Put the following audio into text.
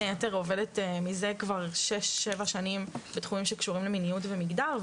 היתר עובדת מזה כבר שש או שבע שנים בתחומים שקשורים למיניות ומגדר,